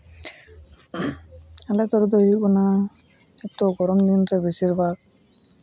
ᱡᱚᱛᱚ ᱜᱚᱨᱚᱢ ᱫᱤᱱ ᱨᱮ ᱵᱤᱥᱤᱨ ᱵᱷᱟᱜᱽ